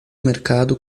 mercado